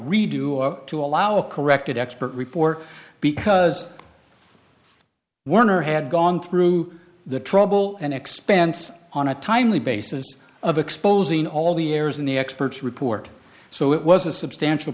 redo or to allow a corrected expert report because werner had gone through the trouble and expense on a timely basis of exposing all the errors in the expert's report so it was a substantial